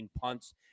punts